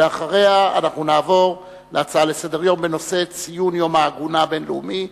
ואחריה נעבור להצעה לסדר-היום בנושא: ציון יום העגונה הבין-לאומי,